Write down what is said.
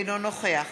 אינו נוכח